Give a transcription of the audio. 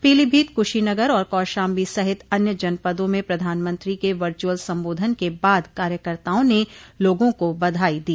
पीलीभीत कुशीनगर और कौशाम्बी सहित अन्य जनपदों में प्रधानमंत्री के वर्चुअल संबोधन के बाद कार्यकर्ताओं ने लोगों को बधाई दी